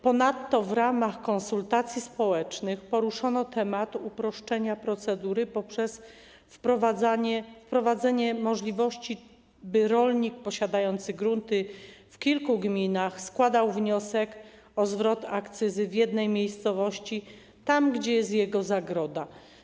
Ponadto w ramach konsultacji społecznych poruszono temat uproszczenia procedury poprzez wprowadzenie możliwości, by rolnik posiadający grunty w kilku gminach składał wniosek o zwrot akcyzy w jednej miejscowości, tam gdzie jest jego zagroda.